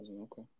okay